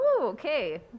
Okay